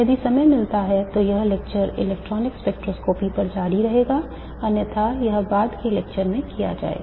यदि समय मिलता है तो यह लेक्चर इलेक्ट्रॉनिक स्पेक्ट्रोस्कोपी पर जारी रहेगा अन्यथा यह बाद के लेक्चर में किया जाएगा